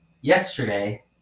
yesterday